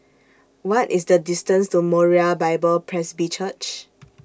What IS The distance to Moriah Bible Presby Church